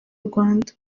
rwanda